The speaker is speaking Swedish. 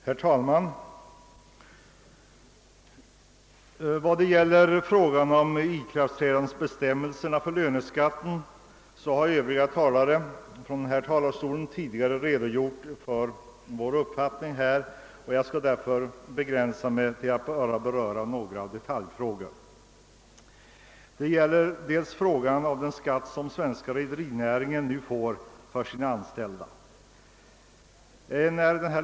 Herr talman! Vad beträffar frågan om ikraftträdandebestämmelserna för löneskatten har andra talare från denna talarstol tidigare redogjort för vår uppfattning i detta avseende, och jag skall därför begränsa mig till att beröra några detaljfrågor. En av dessa är frågan om den skatt som svenska rederinäringen nu skall erlägga för sina anställda.